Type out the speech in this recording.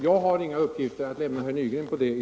Jag har inga uppgifter att lämna herr Nygren om det i